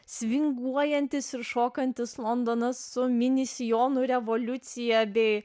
svinguojantis ir šokantis londonas su mini sijonų revoliucija bei